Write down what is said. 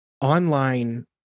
online